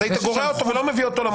אז היה גורע אותו ולא מביא אותו למוסר.